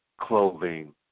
clothing